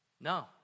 no